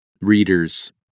readers